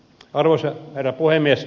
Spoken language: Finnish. arvoisa herra puhemies